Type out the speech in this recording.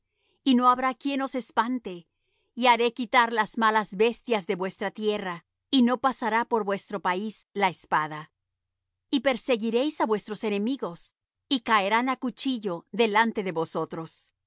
y no habrá quien os espante y haré quitar las malas bestias de vuestra tierra y no pasará por vuestro país la espada y perseguiréis á vuestros enemigos y caerán á cuchillo delante de vosotros